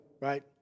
right